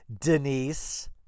Denise